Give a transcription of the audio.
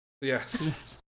Yes